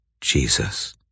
Jesus